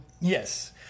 Yes